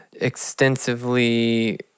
extensively